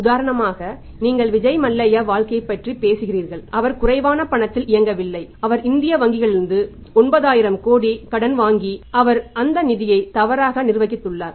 உதாரணமாக நீங்கள் விஜய் மல்லையா வழக்கைப் பற்றி பேசுகிறீர்கள் அவர் குறைவான பணத்தில் இயங்கவில்லை அவர் இந்திய வங்கிகளிலிருந்து 9000 கோடி கடன் வாங்கியிருக்கி அவர் அந்த நிதியை தவறாக நிர்வகித்துள்ளார்